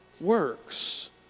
works